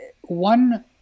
one